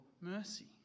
mercy